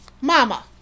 Mama